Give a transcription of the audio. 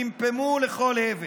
פמפמו לכל עבר.